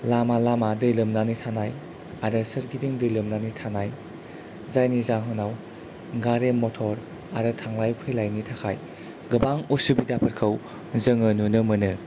लामा लामा दै लोमनानै थानाय आरो सोरगिदिं दै लोमनानै थानाय जायनि जाहोनाव गारि मथर आरो थांनाय फैलायनि थाखाय गोबां असुबिदाफोरखौ जोङो नुनो मोनो